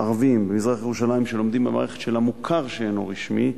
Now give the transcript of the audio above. ערבים במזרח-ירושלים שלומדים במערכת של המוכר שאינו רשמי,